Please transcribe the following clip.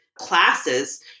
classes